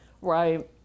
right